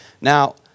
Now